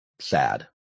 Sad